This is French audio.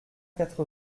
quatre